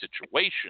situation